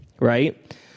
right